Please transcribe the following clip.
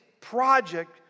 project